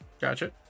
Gotcha